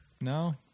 No